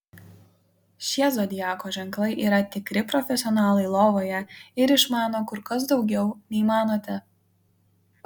šie zodiako ženklai yra tikri profesionalai lovoje ir išmano kur kas daugiau nei manote